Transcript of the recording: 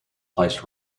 placed